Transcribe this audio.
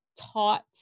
taught